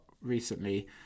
recently